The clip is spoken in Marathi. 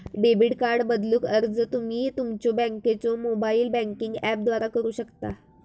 डेबिट कार्ड बदलूक अर्ज तुम्ही तुमच्यो बँकेच्यो मोबाइल बँकिंग ऍपद्वारा करू शकता